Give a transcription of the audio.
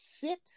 sit